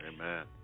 Amen